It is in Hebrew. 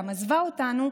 והיא עזבה אותנו,